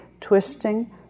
twisting